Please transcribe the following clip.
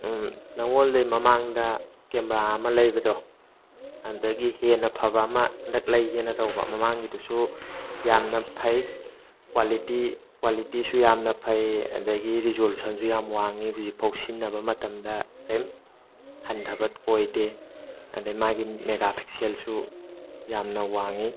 ꯅꯉꯣꯟꯗꯩ ꯃꯃꯥꯡꯗ ꯀꯦꯃꯦꯔꯥ ꯑꯃ ꯂꯩꯕꯗꯣ ꯑꯗꯒꯤ ꯍꯦꯟꯅ ꯐꯕ ꯑꯃ ꯍꯟꯗꯛ ꯂꯩꯒꯦꯅ ꯇꯧꯕ ꯃꯃꯥꯡꯒꯤꯗꯨꯁꯨ ꯌꯥꯝꯅ ꯐꯩ ꯀ꯭ꯋꯥꯂꯤꯇꯤ ꯀ꯭ꯋꯥꯂꯤꯇꯤꯁꯨ ꯌꯥꯝꯅ ꯐꯩ ꯑꯗꯒꯤ ꯔꯤꯖꯣꯂꯨꯁꯟꯁꯨ ꯌꯥꯝ ꯋꯥꯡꯉꯤ ꯍꯧꯖꯤꯛꯐꯥꯎ ꯁꯤꯖꯤꯟꯅꯕ ꯃꯇꯝꯗ ꯀꯩꯏꯝꯇ ꯍꯟꯊꯕ ꯑꯣꯏꯗꯦ ꯑꯗꯩ ꯃꯥꯒꯤ ꯃꯦꯒꯥꯄꯤꯛꯁꯦꯜꯁꯨ ꯌꯥꯝꯅ ꯋꯥꯡꯉꯤ